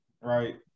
right